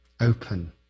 open